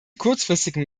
kurzfristigen